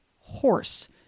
horse